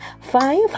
five